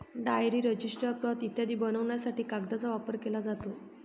diary, register, प्रत इत्यादी बनवण्यासाठी कागदाचा वापर केला जातो